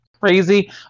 Crazy